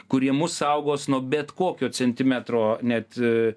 kurie mus saugos nuo bet kokio centimetro net